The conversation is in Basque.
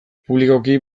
publikoki